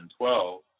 2012